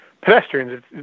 pedestrians